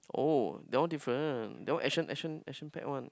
oh that one different that one action action action packed one